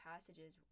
passages